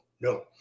no